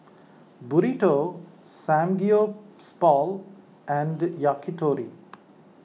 Burrito Samgeyopsal and Yakitori